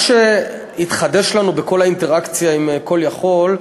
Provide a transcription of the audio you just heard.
מה שהתחדש לנו בכל האינטראקציה עם "CALL יכול"